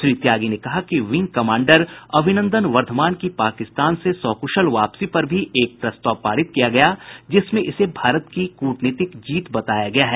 श्री त्यागी ने कहा कि विंग कमांडर अभिनंदन वर्धमान की पाकिस्तान से सकुशल वापसी पर भी एक प्रस्ताव पारित किया गया जिसमें इसे भारत की कूटनीतिक जीत बताया गया है